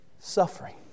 Suffering